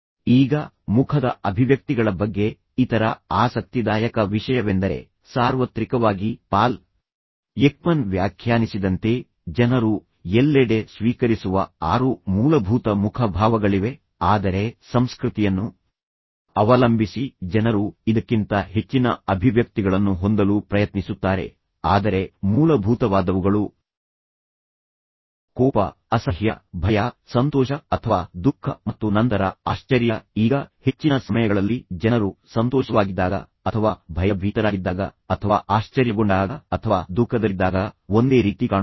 ಈಗ ಮುಖದ ಅಭಿವ್ಯಕ್ತಿಗಳ ಬಗ್ಗೆ ಇತರ ಆಸಕ್ತಿದಾಯಕ ವಿಷಯವೆಂದರೆ ಸಾರ್ವತ್ರಿಕವಾಗಿ ಪಾಲ್ ಎಕ್ಮನ್ ವ್ಯಾಖ್ಯಾನಿಸಿದಂತೆ ಜನರು ಎಲ್ಲೆಡೆ ಸ್ವೀಕರಿಸುವ ಆರು ಮೂಲಭೂತ ಮುಖಭಾವಗಳಿವೆ ಆದರೆ ಸಂಸ್ಕೃತಿಯನ್ನು ಅವಲಂಬಿಸಿ ಜನರು ಇದಕ್ಕಿಂತ ಹೆಚ್ಚಿನ ಅಭಿವ್ಯಕ್ತಿಗಳನ್ನು ಹೊಂದಲು ಪ್ರಯತ್ನಿಸುತ್ತಾರೆ ಆದರೆ ಮೂಲಭೂತವಾದವುಗಳು ಕೋಪ ಅಸಹ್ಯ ಭಯ ಸಂತೋಷ ಅಥವಾ ದುಃಖ ಮತ್ತು ನಂತರ ಆಶ್ಚರ್ಯ ಈಗ ಹೆಚ್ಚಿನ ಸಮಯಗಳಲ್ಲಿ ಜನರು ಸಂತೋಷವಾಗಿದ್ದಾಗ ಅಥವಾ ಭಯಭೀತರಾಗಿದ್ದಾಗ ಅಥವಾ ಆಶ್ಚರ್ಯಗೊಂಡಾಗ ಅಥವಾ ದುಃಖದಲ್ಲಿದ್ದಾಗ ಒಂದೇ ರೀತಿ ಕಾಣುತ್ತಾರೆ